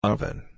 Oven